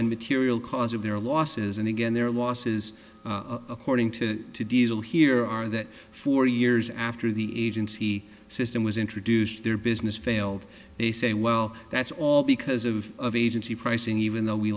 and material cause of their losses and again their losses according to the deal here are that four years after the agency system was introduced their business failed they say well that's all because of of agency pricing even though we